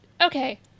Okay